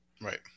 Right